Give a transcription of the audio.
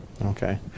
okay